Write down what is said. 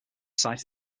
site